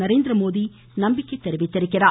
நரேந்திரமோடி நம்பிக்கை தெரிவித்தார்